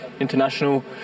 international